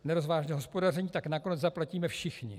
Nerozvážné hospodaření tak nakonec zaplatíme všichni.